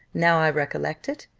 now i recollect it?